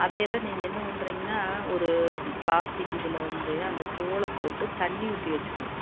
அதை எல்லாம் நீங்கள் என்ன பண்றிங்கனால் ஒரு பிளாஸ்டிக் இதில் வந்து அந்த தோலை போட்டு தண்ணி ஊற்றி வச்சிடணும்